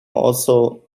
also